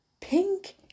pink